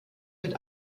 mit